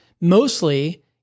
Mostly